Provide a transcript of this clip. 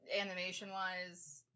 animation-wise